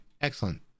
excellent